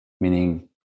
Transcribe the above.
meaning